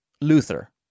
Luther